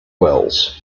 wells